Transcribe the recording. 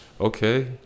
Okay